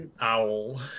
Owl